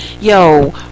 Yo